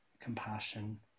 compassion